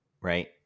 Right